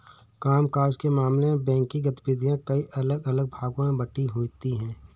काम काज के मामले में बैंकिंग गतिविधियां कई अलग अलग भागों में बंटी होती हैं